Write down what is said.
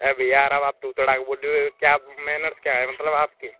अरे भैया यार अब आप तू तड़ाक बोल दिए हो क्या मेहनत क्या है मतलब आप की